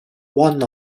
one